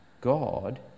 God